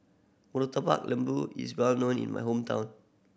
Murtabak Lembu is well known in my hometown